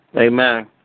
Amen